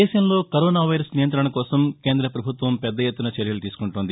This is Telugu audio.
దేశంలో కరోనా వైరస్ నియంతణ కోసం కేంద్ర ప్రభుత్వం పెద్ద ఎత్తున చర్యలు తీసుకుంటోంది